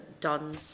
done